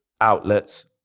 outlets